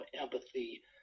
empathy